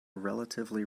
relatively